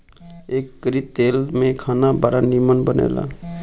एकरी तेल में खाना बड़ा निमन बनेला